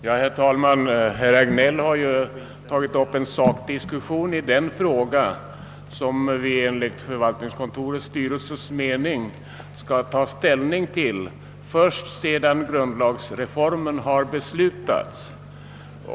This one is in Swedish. Herr talman! Herr Hagnell har här tagit upp en sakdiskussion i en fråga som vi enligt förvaltningskontorets styrelse skall ta ställning till först sedan grundlagsreformen har beslutats.